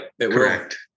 Correct